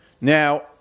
Now